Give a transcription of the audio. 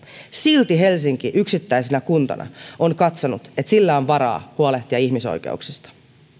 silti helsinki yksittäisenä kuntana on katsonut että sillä on varaa huolehtia ihmisoikeuksista